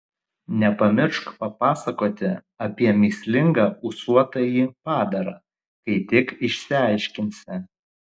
nepamiršk papasakoti apie mįslingą ūsuotąjį padarą kai tik išsiaiškinsi